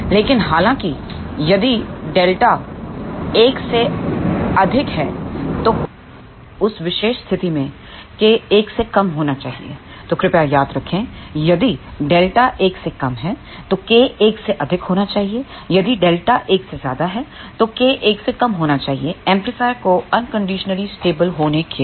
लेकिन हालाँकि यदि Δ 1 उस विशेष स्थिति में K 1 से कम होना चाहिए तो कृपया याद रखें यदि Δ 1 तो K 1 से अधिक होना चाहिए यदि Δ 1 है तो K 1 से कम होना चाहिए एम्पलीफाय को अनकंडीशनली स्टेबल होने के लिए